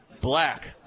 Black